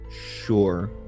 Sure